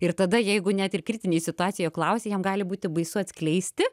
ir tada jeigu net ir kritinėj situacijoj jo klausia jam gali būti baisu atskleisti